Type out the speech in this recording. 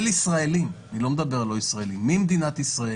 ישראלים אני לא מדבר על לא ישראלים ממדינת ישראל